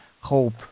hope